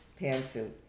pantsuit